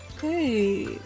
Hey